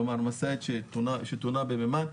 כלומר משאית שטעונה במימן.